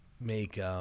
make